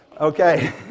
Okay